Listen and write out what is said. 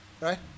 Right